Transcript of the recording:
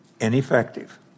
ineffective